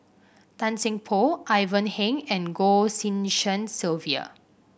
Tan Seng Poh Ivan Heng and Goh Tshin En Sylvia